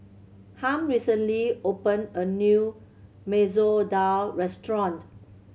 Harm recently open a new Masoor Dal restaurant